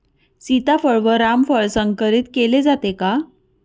सीताफळ व रामफळ संकरित केले जाते का?